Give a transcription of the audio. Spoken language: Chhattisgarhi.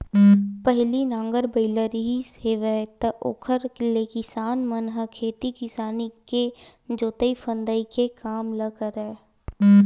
पहिली नांगर बइला रिहिस हेवय त ओखरे ले किसान मन ह खेती किसानी के जोंतई फंदई के काम ल करय